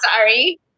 sorry